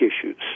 issues